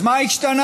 אז מה השתנה?